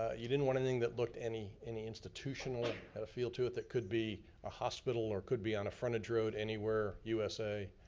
ah you didn't want anything that looked any any institutional feel to it that could be a hospital or could be on a frontage road, anywhere, usa.